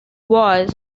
was